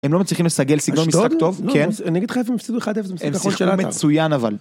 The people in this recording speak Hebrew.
הם לא מצליחים לסגל סגנון משחק טוב, כן? אשדוד? אני אגיד לך איפה הם הפסידו 1-0, במשחק האחרון של עטר. הם שיחקו מצוין אבל.